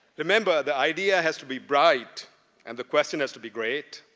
remember, the idea has to be bright and the question has to be great.